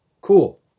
Cool